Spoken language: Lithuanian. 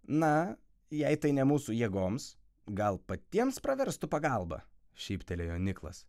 na jei tai ne mūsų jėgoms gal patiems praverstų pagalba šyptelėjo niklas